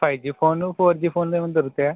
five G phone four G ఫోన్లు ఏమైనా దొరుకుతాయా